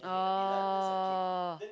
oh